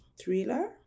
thriller